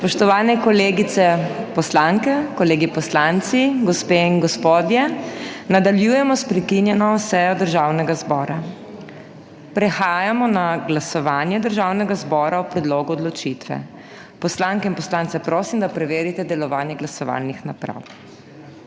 Spoštovani kolegice poslanke, kolegi poslanci, gospe in gospodje! Nadaljujemo s prekinjeno sejo Državnega zbora. Prehajamo na glasovanje Državnega zbora o predlogu odločitve. Poslanke in poslance prosim, da preverite delovanje glasovalnih naprav.